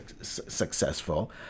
successful